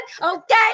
okay